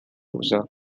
rosa